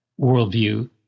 worldview